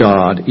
God